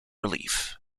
relief